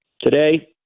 today